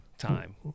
time